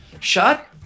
Shut